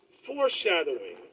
foreshadowing